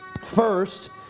First